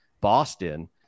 Boston